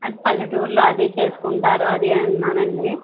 ఆ పల్లెటూరులో అదీ చేసుకుంటారు అది అని విన్నానండీ